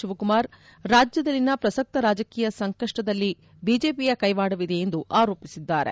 ಶಿವಕುಮಾರ್ ರಾಜ್ಯದಲ್ಲಿನ ಪ್ರಸಕ್ತ ರಾಜಕೀಯ ಸಂಕಷ್ಷದಲ್ಲಿ ಬಿಜೆಪಿಯ ಕೈವಾಡವಿದೆ ಎಂದು ಆರೋಪಸಿದ್ದಾರೆ